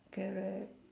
correct